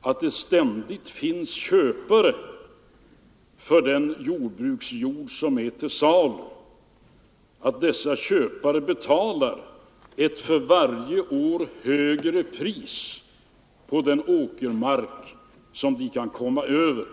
att det ständigt finns köpare till den jordbruksjord som är till salu, och att dessa köpare betalar ett för varje år högre pris på den åkermark som de kan komma över.